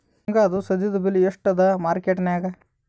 ಶೇಂಗಾದು ಸದ್ಯದಬೆಲೆ ಎಷ್ಟಾದಾ ಮಾರಕೆಟನ್ಯಾಗ?